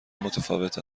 متفاوت